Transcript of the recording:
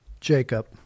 Jacob